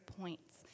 points